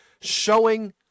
showing